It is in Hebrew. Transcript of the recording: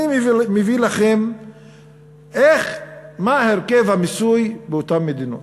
אני מביא לכם איך מה הרכב המיסוי באותן מדינות,